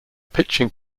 pitching